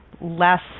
less